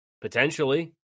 Potentially